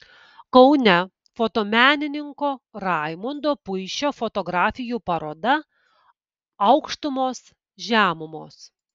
kaune fotomenininko raimondo puišio fotografijų paroda aukštumos žemumos